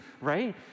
right